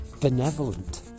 benevolent